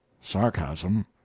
Sarcasm